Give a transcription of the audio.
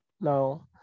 now